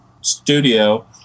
studio